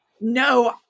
No